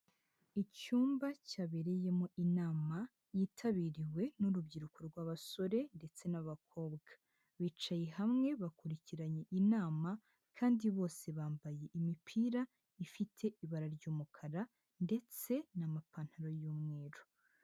Icyumba cyabereyemo inama yitabiriwe n'urubyiruko rw'abasore ndetse n'abakobwa, bicaye hamwe bakurikiranye inama kandi bose bambaye imipira ifite ibara ry'umukara ndetse n'amapantaro y'umweru.